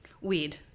weed